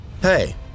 Hey